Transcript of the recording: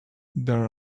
there